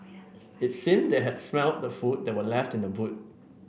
it seemed that they had smelt the food that were left in the boot